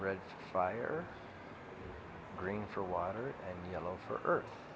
red fire green for water and yellow for earth